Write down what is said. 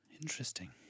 Interesting